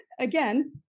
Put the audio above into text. Again